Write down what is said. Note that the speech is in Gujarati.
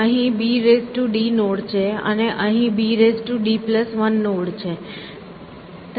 અહીં bd નોડ છે અને અહીં bd 1 નોડ છે